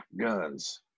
guns